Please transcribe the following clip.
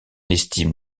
estime